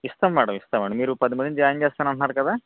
ఇస్తాం మ్యాడం ఇస్తాం అండి మీరు పది మందిని జాయిన్ చేస్తాను అంటున్నారు కదా